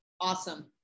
Awesome